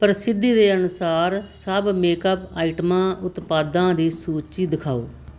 ਪ੍ਰਸਿੱਧੀ ਦੇ ਅਨੁਸਾਰ ਸਭ ਮੇਕਅਪ ਆਈਟਮਾਂ ਉਤਪਾਦਾਂ ਦੀ ਸੂਚੀ ਦਿਖਾਓ